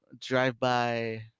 drive-by